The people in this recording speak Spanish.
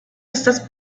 estas